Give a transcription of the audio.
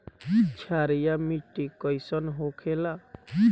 क्षारीय मिट्टी कइसन होखेला?